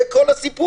זה כל הסיפור.